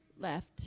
left